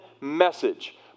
message